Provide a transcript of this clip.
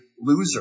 loser